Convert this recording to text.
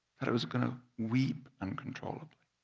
that i was going to weep uncontrollably.